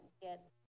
get